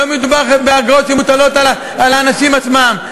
לא מדובר באגרות שמוטלות על האנשים עצמם.